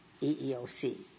EEOC